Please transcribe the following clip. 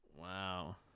wow